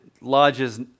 lodge's